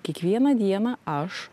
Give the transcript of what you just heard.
kiekvieną dieną aš